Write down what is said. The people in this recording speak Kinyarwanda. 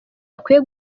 akwiye